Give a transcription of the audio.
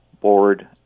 board